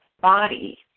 body